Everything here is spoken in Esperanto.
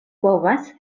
povas